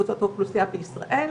קופצות הודעות שהגיע זמן